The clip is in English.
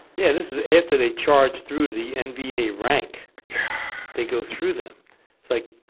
yeah this is after they charge through the nva rank they go through them it's like